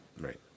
Right